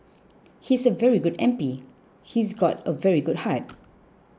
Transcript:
he's a very good M P he's got a very good heart